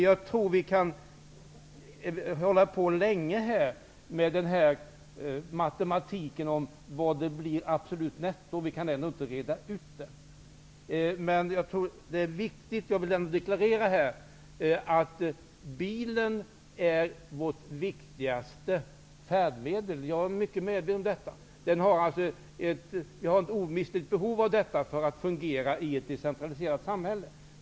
Jag tror att vi kan hålla på länge med matematiken och att räkna ut vad det blir i absolut netto -- vi kan ändå inte reda ut det. Jag vill deklarera att bilen är vårt viktigaste färdmedel. Jag är mycket medveten om detta. Vi har ett omistligt behov av bilen för att kunna fungera i ett decentraliserat samhälle.